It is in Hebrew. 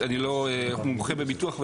אני לא מומחה בביטוח,